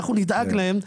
אנחנו נדאג להם״,